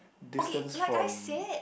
okay like I said